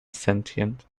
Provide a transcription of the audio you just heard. sentient